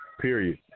Period